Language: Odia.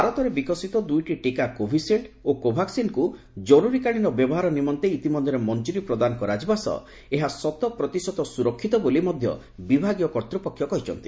ଭାରତରେ ବିକଶିତ ଦୁଇଟି ଟିକା କୋଭିସିଲ୍ ଓ କୋଭାକ୍ସିନ୍କୁ ଜରୁରୀକାଳୀନ ବ୍ୟବହାର ନିମନ୍ତେ ଇତିମଧ୍ୟରେ ମଞ୍ଜୁରୀ ପ୍ରଦାନ କରାଯିବା ସହ ଏହା ଶତପ୍ରତିଶତ ସୁରକ୍ଷିତ ବୋଲି ମଧ୍ୟ ବିଭାଗୀୟ କର୍ତ୍ତୃପକ୍ଷ କହିଛନ୍ତି